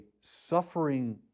suffering